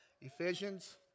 Ephesians